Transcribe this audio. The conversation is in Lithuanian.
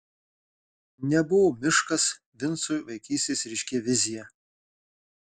nebuvo miškas vincui vaikystės ryški vizija